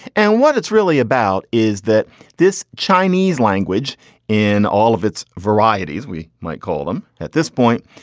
and what it's really about is that this chinese language in all of its varieties, we might call them at this point,